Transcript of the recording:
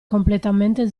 completamente